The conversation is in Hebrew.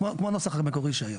כמו הנוסח המקורי היה.